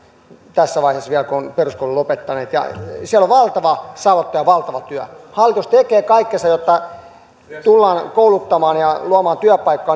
tässä vaiheessa vielä kun ovat peruskoulun lopettaneet siellä on valtava savotta ja valtava työ hallitus tekee kaikkensa jotta tullaan kouluttamaan ja luomaan työpaikkoja